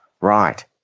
Right